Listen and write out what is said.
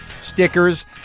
stickers